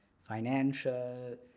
financial